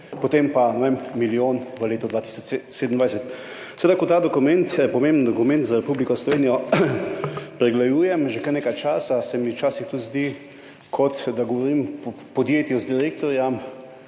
vem, milijon v letu 2027. Ko ta dokument, pomembni dokument za Republiko Slovenijo pregledujem že kar nekaj časa, se mi včasih tudi zdi, kot da govorim v podjetju z direktorjem,